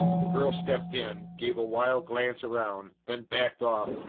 the girl stepped in, gave a wild glance around, then backed off,